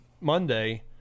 monday